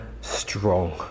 strong